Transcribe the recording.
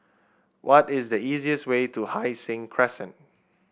what is the easiest way to Hai Sing Crescent